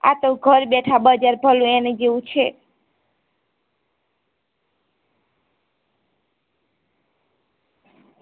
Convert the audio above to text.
આ તો ઘર બેઠાં બજાર ભલું એની જેવું છે